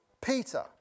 Peter